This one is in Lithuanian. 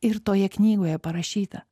ir toje knygoje parašyta